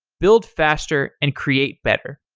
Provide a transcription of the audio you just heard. build faster and create better.